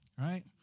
right